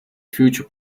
future